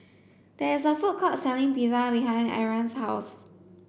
there is a food court selling Pizza behind Ariane's house